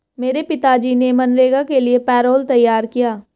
मेरे पिताजी ने मनरेगा के लिए पैरोल तैयार किया